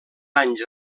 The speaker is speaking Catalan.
anys